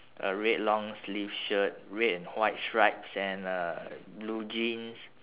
a red long sleeve shirt red and white stripes and uh blue jeans